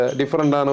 different